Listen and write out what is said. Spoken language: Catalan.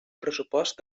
pressupost